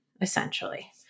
essentially